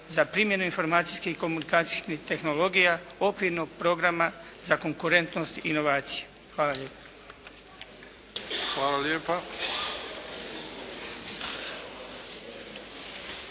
za primjenu informacijskih i komunikacijskih tehnologija Okvirnog programa za konkurentnost i inovacije. Hvala lijepa. **Bebić,